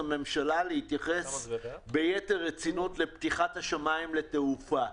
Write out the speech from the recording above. הממשלה להתייחס ביתר רצינות לפתיחת השמים לתעופה,